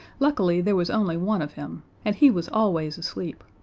luckily there was only one of him, and he was always asleep.